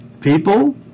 people